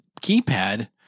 keypad